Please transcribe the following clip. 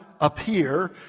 appear